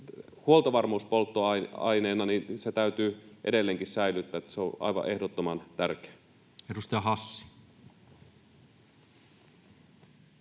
huoltovarmuuspolttoaineena täytyy edelleenkin säilyttää. Se on aivan ehdottoman tärkeää. [Speech 148]